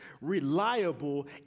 reliable